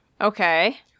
Okay